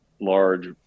large